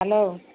hello